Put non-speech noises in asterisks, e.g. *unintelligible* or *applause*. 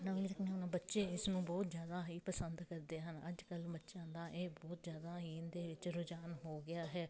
*unintelligible* ਬੱਚੇ ਇਸਨੂੰ ਬਹੁਤ ਜ਼ਿਆਦਾ ਹੀ ਪਸੰਦ ਕਰਦੇ ਹਨ ਅੱਜ ਕੱਲ੍ਹ ਬੱਚਿਆਂ ਦਾ ਇਹ ਬਹੁਤ ਜ਼ਿਆਦਾ ਹੀ ਇਹਦੇ ਵਿੱਚ ਰੁਝਾਨ ਹੋ ਗਿਆ ਹੈ